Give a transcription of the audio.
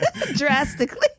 Drastically